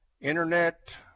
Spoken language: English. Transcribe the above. Internet